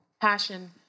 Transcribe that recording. passion